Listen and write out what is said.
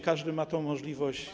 Każdy ma tę możliwość.